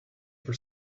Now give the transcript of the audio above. for